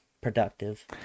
productive